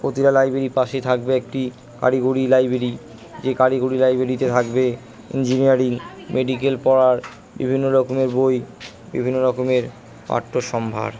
প্রতিটা লাইব্রেরির পাশে থাকবে একটি কারিগরি লাইব্রেরি যে কারিগরি লাইব্রেরিতে থাকবে ইঞ্জিনিয়ারিং মেডিকেল পড়ার বিভিন্ন রকমের বই বিভিন্ন রকমের পাঠ্য সম্ভার